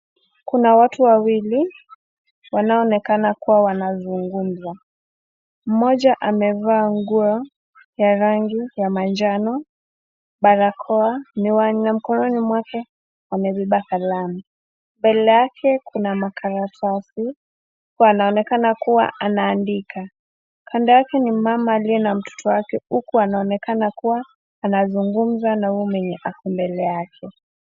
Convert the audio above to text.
Kuna watu wawili wanaonekana wanazungumza, moja amevaa nguo ya rangi ya manjano, barakoa kwa mkono mwake ameshika kalamu mbele yake kuna karatasi, wanaonekana anaandika kando yake ni mama aliye na mtoto wake anaonekana kuwa anazungumza na huyu mwenye ako mbele yake.